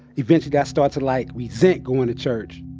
eventually, i started to like resent going to church.